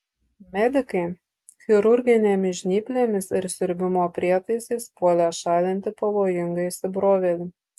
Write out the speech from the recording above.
medikai chirurginėmis žnyplėmis ir siurbimo prietaisais puolė šalinti pavojingą įsibrovėlį